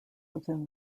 within